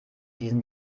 diesen